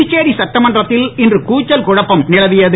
புதுச்சேரி சட்டமன்றத்தில் இன்று கூச்சல் குழப்பம் நிலவியது